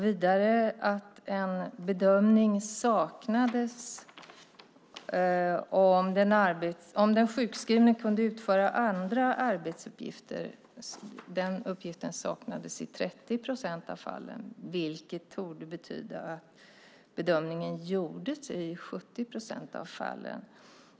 Vidare saknades en bedömning av om den sjukskrivne kunde utföra andra arbetsuppgifter i 30 procent av fallen, vilket borde betyda att en bedömning gjordes i 70 procent av fallen.